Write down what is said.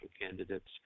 candidates